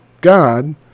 God